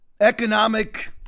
economic